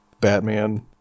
Batman